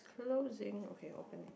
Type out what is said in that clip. closing okay open it up